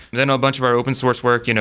then a bunch of our open source work, you know